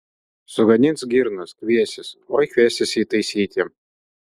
sugadins girnas kviesis oi kviesis jį taisyti